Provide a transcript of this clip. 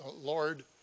Lord